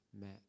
met